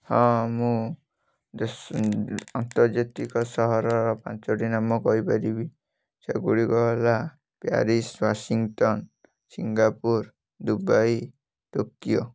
ହଁ ମୁଁ ଦେଶ ଆନ୍ତର୍ଜାତିକ ସହର ପାଞ୍ଚଟି ନାମ କହିପାରିବି ସେଗୁଡ଼ିକ ହେଲା Paris Washington Singapore Dubai Tokyo